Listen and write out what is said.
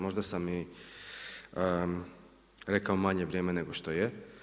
Možda sam i rekao manje vrijeme nego što je.